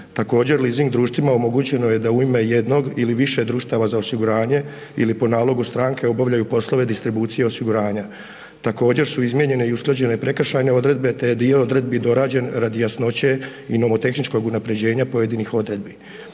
Također, leasing društvima omogućeno je da u ime jednog ili više društava za osiguranje ili po nalogu stranke obavljaju poslove distribucije osiguranja. Također su izmjene i usklađene prekršajne odredbe te je dio odredbi dorađen radi jasnoće i nomotehničkog unaprjeđenja pojedinih odredbi.